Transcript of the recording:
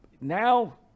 Now